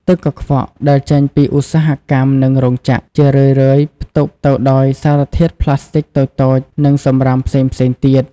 ទឹកកខ្វក់ដែលចេញពីឧស្សាហកម្ម និងរោងចក្រ ជារឿយៗផ្ទុកទៅដោយសារធាតុប្លាស្ទិកតូចៗ និងសំរាមផ្សេងៗទៀត។